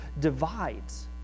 divides